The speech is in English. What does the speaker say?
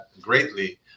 greatly